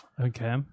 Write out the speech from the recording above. Okay